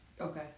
okay